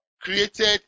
created